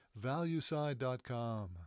valueside.com